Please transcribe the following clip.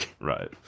Right